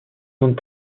zones